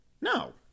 No